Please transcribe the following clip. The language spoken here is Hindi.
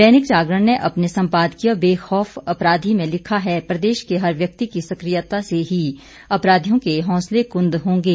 दैनिक जागरण ने अपने संपादकीय बेखौफ अपराधी में लिखा है प्रदेश के हर व्यक्ति की सकियता से ही अपराधियों के हौसले कुंद होंगे